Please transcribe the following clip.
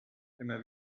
immer